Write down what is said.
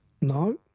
No